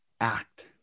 act